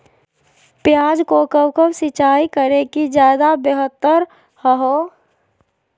प्याज को कब कब सिंचाई करे कि ज्यादा व्यहतर हहो?